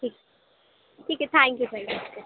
ٹھیک ٹھیک ہے تھینک یو